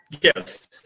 yes